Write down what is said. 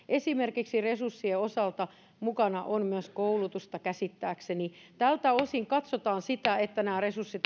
esimerkiksi resurssien osalta mukana on käsittääkseni myös koulutusta tältä osin katsotaan sitä että nämä resurssit